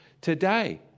Today